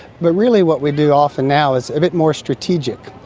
but really what we do often now is a bit more strategic.